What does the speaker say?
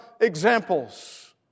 examples